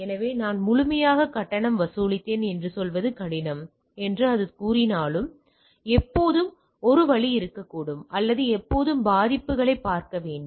எனவே நான் முழுமையாக கட்டணம் வசூலித்தேன் என்று சொல்வது கடினம் என்று அது கூறினாலும் எப்போதுமே ஒரு வழி இருக்க வேண்டும் அல்லது எப்போதும் பாதிப்புகளைப் பார்க்க வேண்டும்